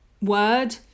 word